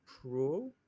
Pro